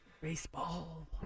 Baseball